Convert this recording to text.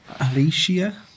Alicia